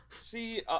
See